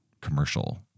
commercial